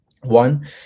one